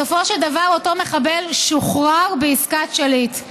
בסופו של דבר אותו מחבל שוחרר בעסקת שליט.